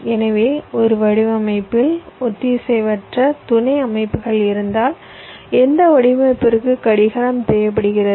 எனவே ஒரு வடிவமைப்பில் ஒத்திசைவற்ற துணை அமைப்புகள் இருந்தால் எந்த வடிவமைப்பிற்கு கடிகாரம் தேவைப்படுகிறது